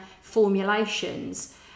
formulations